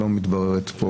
לא פה בשולחן.